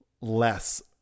less